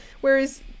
Whereas